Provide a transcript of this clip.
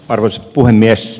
arvoisa puhemies